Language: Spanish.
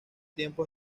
tiempo